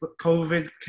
COVID